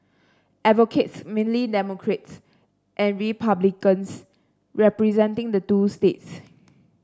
advocates mainly Democrats and Republicans representing the two states